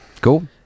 Cool